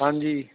ਹਾਂਜੀ